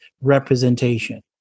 representation